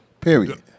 Period